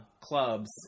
clubs